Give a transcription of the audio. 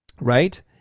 Right